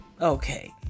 okay